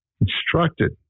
instructed